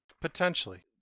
Potentially